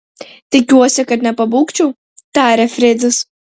tikiuosi kad nepabūgčiau tarė fredis